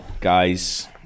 guys